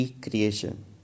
recreation